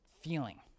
feeling